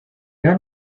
han